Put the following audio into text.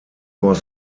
was